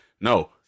No